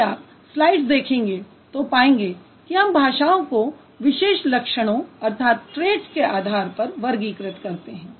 यदि आप स्लाइड्स देखेंगे तो पाएंगे कि हम भाषाओं को विशेष लक्षणों के आधार पर वर्गीकृत करते हैं